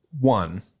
one